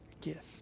gift